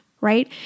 right